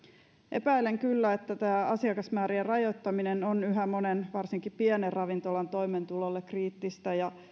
epäilen kyllä että tämä asiakasmäärien rajoittaminen on yhä monen varsinkin pienen ravintolan toimeentulolle kriittistä ja